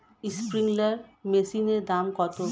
Sprinkler মেশিনের দাম কত?